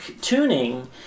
tuning